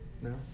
no